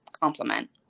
complement